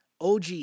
OG